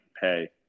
pay